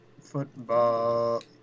football